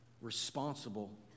responsible